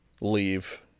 leave